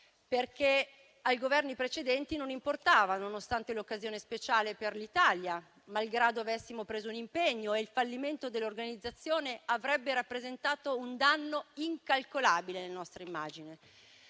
perché ai Governi precedenti non importava, nonostante l'occasione speciale per l'Italia, malgrado avessimo preso un impegno e il fallimento dell'organizzazione avrebbe rappresentato un danno incalcolabile alla nostra immagine.